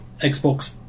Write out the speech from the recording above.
Xbox